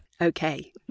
Okay